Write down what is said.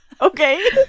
Okay